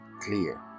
clear